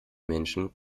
menschen